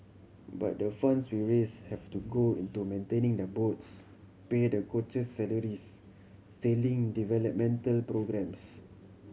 but the funds we raise have to go into maintaining the boats pay the coaches salaries sailing developmental programmes